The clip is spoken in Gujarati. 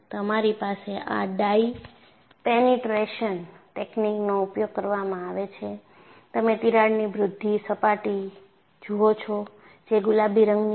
તમારી પાસે આ ડાઇ પેનિટ્રેશન ટેકનિકનો ઉપયોગ કરવામાં આવે છે તમે તિરાડની વૃદ્ધિ સપાટી જુઓ છો જે ગુલાબી રંગની છે